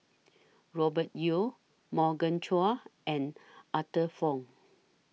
Robert Yeo Morgan Chua and Arthur Fong